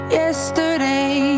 yesterday